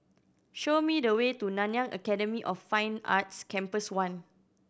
show me the way to Nanyang Academy of Fine Arts Campus One